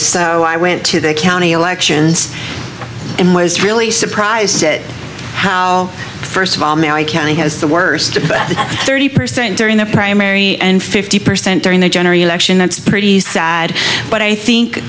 so i went to the county elections and was really surprised at how first of all me i county has the worst of thirty percent during the primary and fifty percent during the general election that's pretty sad but i think